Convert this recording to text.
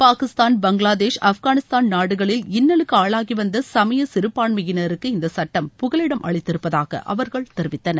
பாகிஸ்தான் பங்களாதேஷ் ஆப்கானிஸ்தான் நாடுகளில் இன்னலுக்கு ஆளாகி வந்த சமய சிறுபான்மையினருக்கு இந்தச் சுட்டம் புகலிடம் அளித்திருப்பதாக அவர்கள் தெரிவித்தனர்